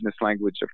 language